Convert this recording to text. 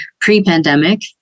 pre-pandemic